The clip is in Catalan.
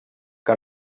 que